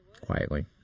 quietly